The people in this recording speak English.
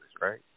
right